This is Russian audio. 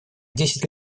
десять